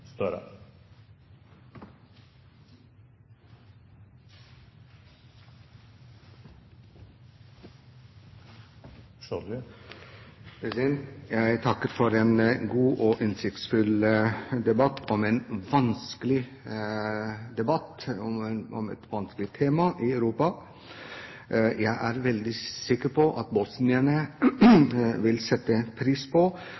Jeg takker for en god og innsiktsfull debatt om et vanskelig tema i Europa. Jeg er veldig sikker på bosnierne vil sette pris på